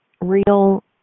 real